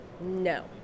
No